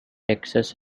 texas